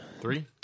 Three